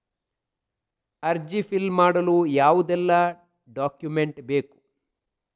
ಅರ್ಜಿ ಫಿಲ್ ಮಾಡಲು ಯಾವುದೆಲ್ಲ ಡಾಕ್ಯುಮೆಂಟ್ ಬೇಕು?